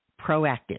proactive